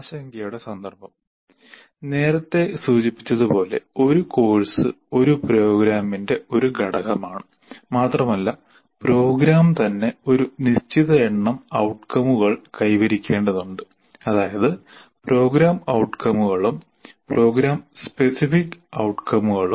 ആശങ്കയുടെ സന്ദർഭം നേരത്തെ സൂചിപ്പിച്ചതുപോലെ ഒരു കോഴ്സ് ഒരു പ്രോഗ്രാമിന്റെ ഒരു ഘടകമാണ് മാത്രമല്ല പ്രോഗ്രാം തന്നെ ഒരു നിശ്ചിത എണ്ണം ഔട്കമുകൾ കൈവരിക്കേണ്ടതുണ്ട് അതായത് പ്രോഗ്രാം ഔട്കമുകളും പ്രോഗ്രാം സ്പെസിഫിക് ഔട്കമുകളും